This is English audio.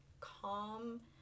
calm